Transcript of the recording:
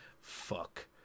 Fuck